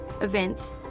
events